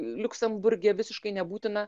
liuksemburge visiškai nebūtina